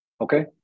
Okay